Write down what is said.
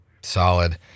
Solid